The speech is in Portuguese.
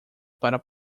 para